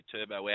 Turbo